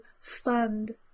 fund